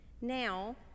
Now